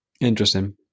Interesting